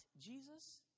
Jesus